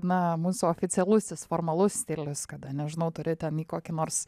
na mūsų oficialusis formalus stilius kada nežinau turi ten į kokį nors